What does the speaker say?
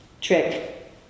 trick